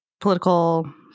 political